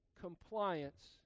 compliance